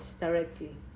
directly